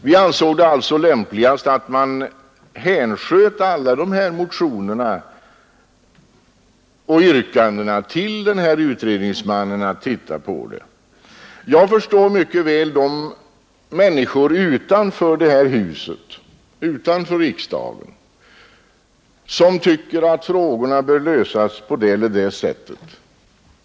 Vi ansåg det alltså lämpligast att alla dessa motioner hänsköts till utredningsmannen. Jag förstår mycket väl de människor utanför riksdagen som tycker att frågorna bör lösas på det eller det sättet.